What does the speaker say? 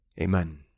Amen